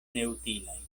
neutilaj